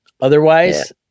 Otherwise